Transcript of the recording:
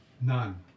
None